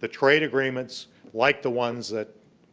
the trade agreements like the ones that